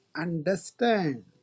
understand